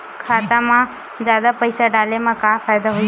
खाता मा जादा पईसा डाले मा का फ़ायदा होही?